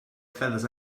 feathers